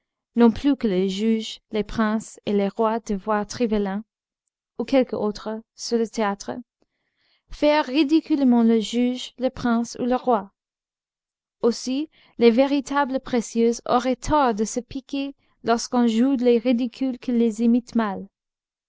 non plus que les juges les princes et les rois de voir trivelin ou quelque autre sur le théâtre faire ridiculement le juge le prince ou le roi aussi les véritables précieuses auraient tort de se piquer lorsqu'on joue les ridicules qui les imitent mal